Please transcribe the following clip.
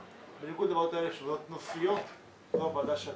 עם צוות הוועדה המסור שמובילה אתי וחברי הועדה,